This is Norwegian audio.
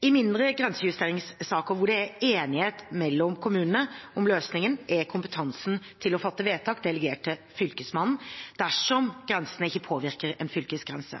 I mindre grensejusteringssaker hvor det er enighet mellom kommunene om løsningen, er kompetansen til å fatte vedtak delegert til Fylkesmannen, dersom grensene ikke påvirker en fylkesgrense.